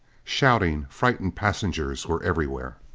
shouting, frightened passengers were everywhere.